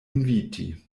inviti